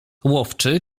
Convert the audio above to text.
łowczy